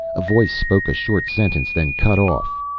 a voice spoke a short sentence, then cut off.